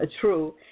true